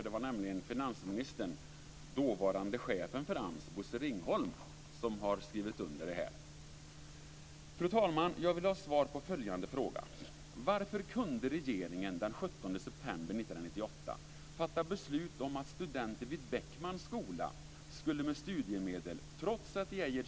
Det är nämligen finansministern och dåvarande chefen för AMS, Bosse Ringholm, som har skrivit under det här. Fru talman!